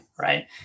right